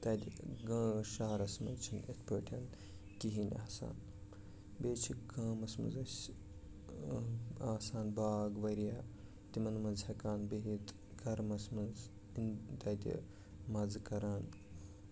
تَتہِ گامہٕ شَہرَس منٛز چھُنہٕ یِتھ پٲٹھۍ کِہیٖنۍ آسان بیٚیہِ چھِ گامَس منٛز أسۍ آسان باغ واریاہ تِمَن منٛز ہٮ۪کان بِہِتھ گرمَس منٛز تہِ تَتہِ مزٕ کران